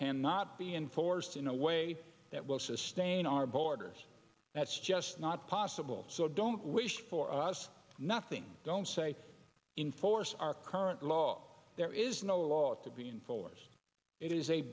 cannot be enforced in a way that will sustain our borders that's just not possible so don't wish for us nothing don't say enforce our current law there is no law to be enforced it is a